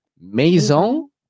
Maison